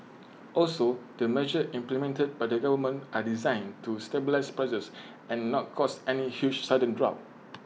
also the measures implemented by the government are designed to stabilise prices and not cause any huge sudden drop